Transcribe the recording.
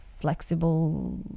flexible